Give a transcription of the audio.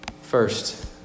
First